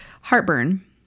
Heartburn